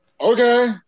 Okay